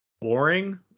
boring